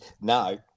no